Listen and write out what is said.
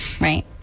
right